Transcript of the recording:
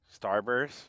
Starburst